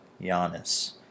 Giannis